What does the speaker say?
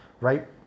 right